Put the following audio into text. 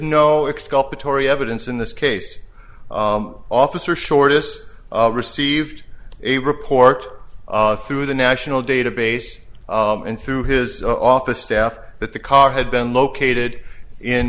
tory evidence in this case officer shortest received a report through the national database and through his office staff that the car had been located in